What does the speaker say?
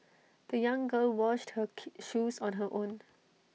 the young girl washed her key shoes on her own